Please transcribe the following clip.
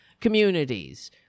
communities